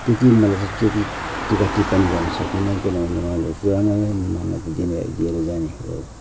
त्यति मलाई चाहिँ त्यति टीका टिप्पणी गर्नु सकिनँ किनभने मैले पुरानोलाई नै मान्यता दिने दिएर जाने खालको